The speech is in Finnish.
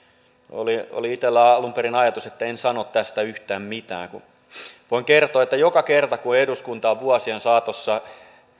oli oli itsellä alun perin ajatus että en sano tästä yhtään mitään voin kertoa että joka kerta kun eduskunta on vuosien saatossa